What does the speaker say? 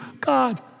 God